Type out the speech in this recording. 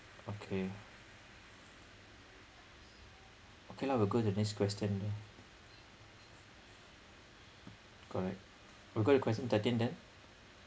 okay okay lah we will go to the next question correct we'll go to question thirteen then